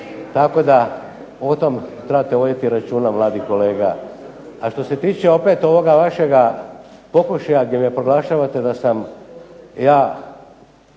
tako da o tome trebate voditi računa mladi kolega. A što se tiče opet ovog vaše pokušaja gdje me proglašavate da sam ja